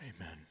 Amen